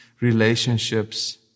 relationships